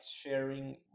sharing